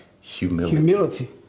Humility